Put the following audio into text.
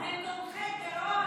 "הם תומכי טרור"?